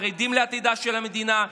חרדים לעתידה של המדינה,